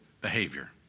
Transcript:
behavior